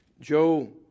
Joe